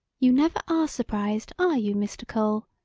you never are surprised, are you, mr. cole?